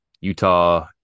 Utah